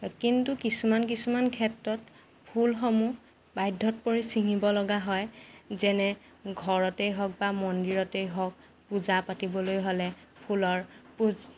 কিন্তু কিছুমান কিছুমান ক্ষেত্ৰত ফুলসমূহ বাধ্যত পৰি চিঙিব লগা হয় যেনে ঘৰতেই হওক বা মন্দিৰতেই হওক পূজা পাতিবলৈ হ'লে ফুলৰ পুজ